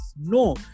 No